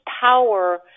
power